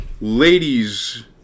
ladies